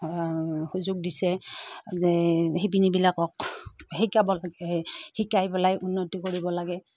সুযোগ দিছে যে সিপিনীবিলাকক শিকাব লাগে শিকাই পেলাই উন্নতি কৰিব লাগে